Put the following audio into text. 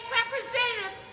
representative